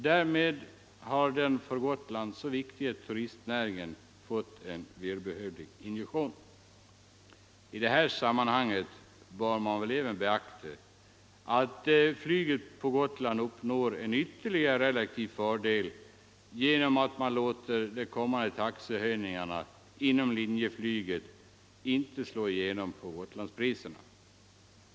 Därmed har den för Gotland så viktiga turistnäringen fått en välbehövlig injektion. I det här sammanhanget bör man även beakta att flyget på Gotland uppnår en ytterligare relativ fördel genom att den kommande taxehöjningen inom Linjeflyg inte får slå igenom i Gotlandspriserna.